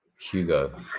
Hugo